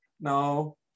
No